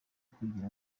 kugira